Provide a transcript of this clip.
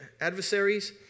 adversaries